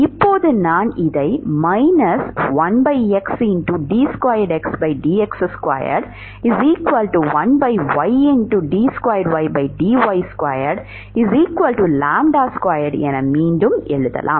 இப்போது நான் இதை என மீண்டும் எழுதலாம்